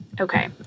Okay